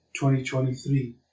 2023